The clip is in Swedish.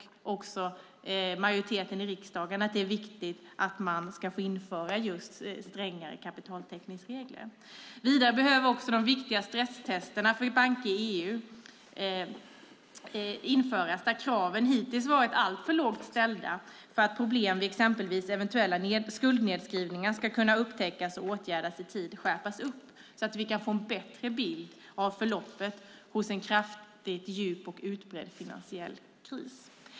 Också majoriteten i riksdagen tycker att det är viktigt att man ska få införa just strängare kapitaltäckningsregler. Vidare behöver de viktiga stresstesterna för banker i EU införas, där kraven hittills varit alltför lågt ställda för att problem vid exempelvis eventuella skuldnedskrivningar ska kunna upptäckas och åtgärdas i tid. Det behöver skärpas, så att vi kan få en bättre bild av förloppet hos en djup och utbredd finansiell kris.